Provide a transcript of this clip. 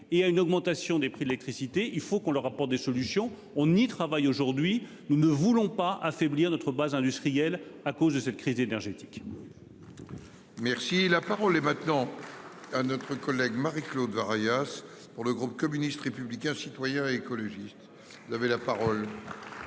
et à une augmentation des prix de l'électricité, il faut qu'on leur apporte des solutions, on y travaille. Aujourd'hui, nous ne voulons pas affaiblir notre base industrielle à cause de cette crise énergétique. Oui. Merci la parole est maintenant à notre collègue Marie-Claude Ryan pour le groupe communiste, républicain, citoyen et écologiste n'avait la parole.